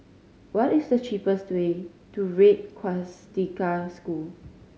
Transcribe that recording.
what is the cheapest way to Red Swastika School